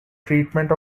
treatment